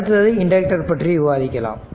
அடுத்து இண்டக்டர் பற்றி விவாதிக்கலாம்